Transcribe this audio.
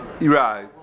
Right